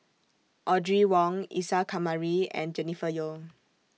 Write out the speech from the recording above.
Audrey Wong Isa Kamari and Jennifer Yeo